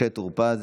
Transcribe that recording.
משה טור פז,